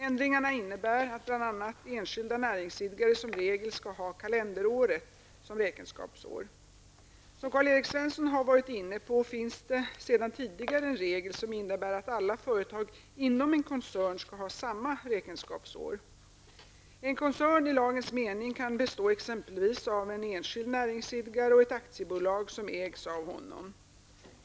Ändringarna innebär att bl.a. enskilda näringsidkare som regel skall ha kalenderåret som räkenskapsår. Som Karl-Erik Svenson har varit inne på finns det sedan tidigare en regel som innebär att alla företag inom en koncern skall ha samma räkenskapsår. En koncern i dagens mening kan bestå exempelvis av en enskild näringsidkare och ett aktiebolag som ägs av honom.